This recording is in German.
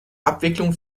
abwicklung